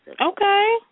Okay